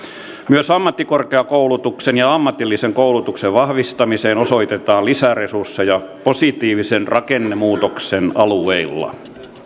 myös ammattikorkeakoulutuksen ja ammatillisen koulutuksen vahvistamiseen osoitetaan lisäresursseja positiivisen rakennemuutoksen alueilla